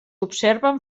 observen